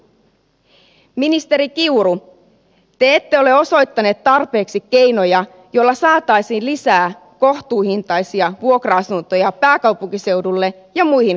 ministeri kiuru te ette ole osoittanut tarpeeksi keinoja joilla saataisiin lisää kohtuuhintaisia vuokra asuntoja pääkaupunkiseudulle ja muihin kasvukeskuksiin